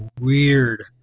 weird